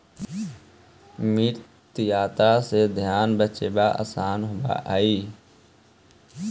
मितव्ययिता से धन बचावेला असान होवऽ हई